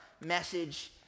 message